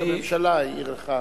ראש הממשלה העיר לך.